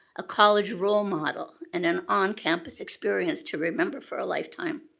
a college role model and an on-campus experience to remember for a lifetime.